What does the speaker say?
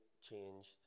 changed